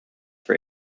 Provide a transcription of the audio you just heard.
for